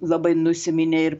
labai nusiminę ir